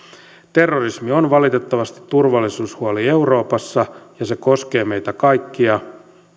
terrorismi on valitettavasti turvallisuushuoli euroopassa ja se koskee meitä kaikkia